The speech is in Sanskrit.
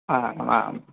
आ आम्